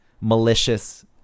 malicious